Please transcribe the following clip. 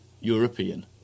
European